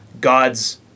God's